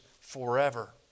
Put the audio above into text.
forever